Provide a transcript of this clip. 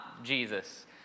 Jesus